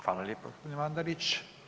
Hvala lijepa gospodine Mandarić.